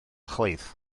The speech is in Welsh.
chwaith